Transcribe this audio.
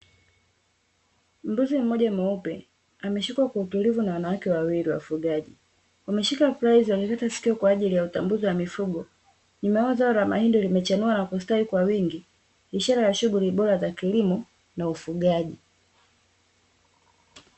Mbuzi mmoja mweupe ameshikwa kwa utulivu na wanawake wawili wafugaji. Wameshika praizi wanavuta sikio kwa ajili ya utambuzi wa mifugo. Nyuma yao zao la mahindi limechanua na kustawi kwa wingi, ishara ya shughuli bora za kilimo na ufugaji.